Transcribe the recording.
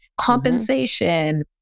compensation